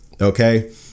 Okay